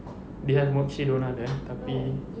they have mukshidonna there tapi